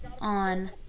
on